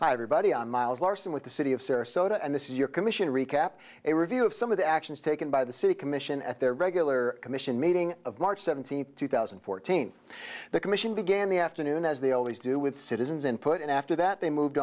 hi everybody i'm miles larson with the city of sarasota and this is your commission recap a review of some of the actions taken by the city commission at their regular commission meeting of march seventeenth two thousand and fourteen the commission began the afternoon as they always do with citizens and put and after that they moved